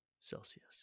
Celsius